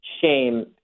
shame